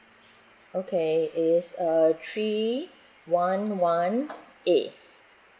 okay is uh three one one eight